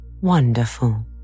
wonderful